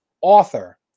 author